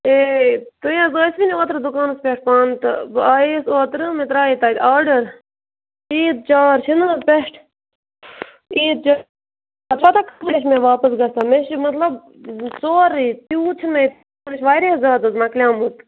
ہے تُہۍ حظ ٲسوٕے نہٕ اوترٕ دُکانَس پٮ۪ٹھ پانہٕ تہٕ بہٕ آیے یَس اوترٕ مےٚ ترٛایے تَتہِ آرڈَر عیٖد چار چھِنہٕ حظ پٮ۪ٹھ عیٖد چار مےٚ واپَس گژھان مےٚ چھِ مطلب سورُے تیوٗت چھُنہٕ مےٚ مےٚ واریاہ زیادٕ حظ مَکلیومُت